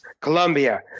colombia